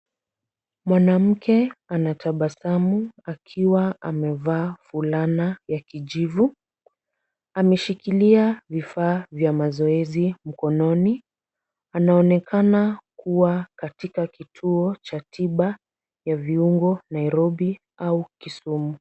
Mwanamke anatabasamu akiwa amevaa fulana ya kijivu. Ameshikilia vifaa vya mazoezi mkononi. Anaonekana kuwa katika kituo cha tiba ya viuongo nairobi au kisumu.